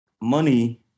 money